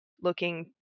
looking